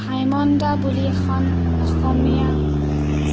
ভাইমন দা বুলি এখন অসমীয়া